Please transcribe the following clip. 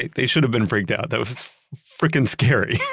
they should've been freaked out. that was freaking scary yeah